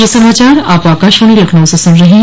ब्रे क यह समाचार आप आकाशवाणी लखनऊ से सुन रहे हैं